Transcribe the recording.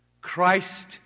Christ